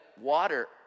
water